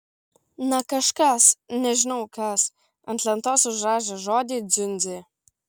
na kažkas nežinau kas ant lentos užrašė žodį dziundzė